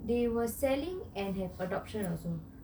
they were selling and have adoption also